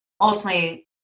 ultimately